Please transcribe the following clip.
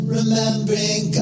remembering